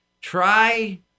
Try